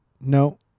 No